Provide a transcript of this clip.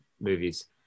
movies